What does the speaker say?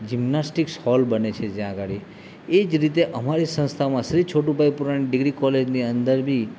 gymnastics hall બને છે જ્યાં આગળ એ જ રીતે અમારી સંસ્થામાં શ્રી છોટુભાઈ પુરાણી ડિગ્રી કોલેજની અંદર બી